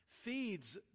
feeds